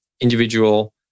individual